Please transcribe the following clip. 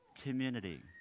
community